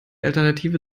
alternative